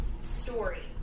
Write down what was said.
story